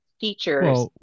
features